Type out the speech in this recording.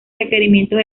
requerimientos